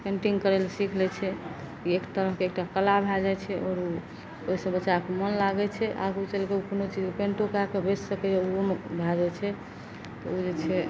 painting करय लए सीख लै छै ई एक तरहके एकटा कला भए जाइ छै ओ ओइसँ बच्चाके मोन लागय छै आगू चलिकऽ कऽ कोनो चीज पेन्टो कए कऽ बेच सकैये उहोमे भए जाइ छै तऽ ओ जे छै